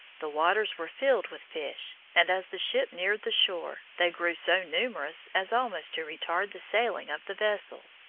the waters were filled with fish, and, as the ship neared the shore, they grew so numerous as almost to retard the sailing of the vessel.